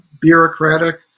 bureaucratic